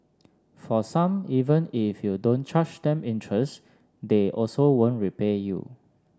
for some even if you don't charge them interest they also won't repay you